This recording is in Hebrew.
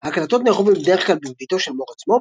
ההקלטות נערכו בדרך כלל בביתו של מור עצמו,